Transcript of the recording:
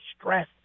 stress